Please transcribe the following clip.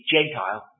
Gentile